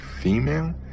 female